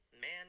man